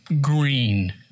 green